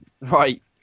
Right